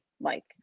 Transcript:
Mike